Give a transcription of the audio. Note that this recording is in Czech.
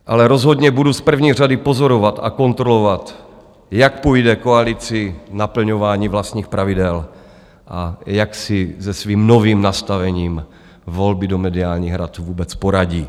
Ale rozhodně budu z první řady pozorovat a kontrolovat, jak půjde koalici naplňování vlastních pravidel a jak si se svým novým nastavením volby do mediálních rad vůbec poradí.